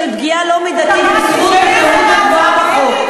בשל פגיעה לא מידתית בזכות החירות הקבועה בחוק.